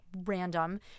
random